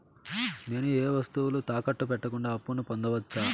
నేను ఏ వస్తువులు తాకట్టు పెట్టకుండా అప్పును పొందవచ్చా?